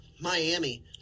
Miami